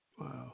Wow